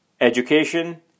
Education